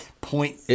point